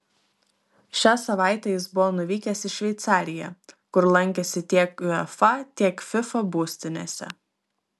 šią savaitę jis buvo nuvykęs į šveicariją kur lankėsi tiek uefa tiek fifa būstinėse